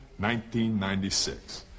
1996